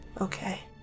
Okay